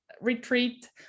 retreat